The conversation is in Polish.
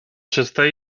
czyste